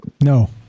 No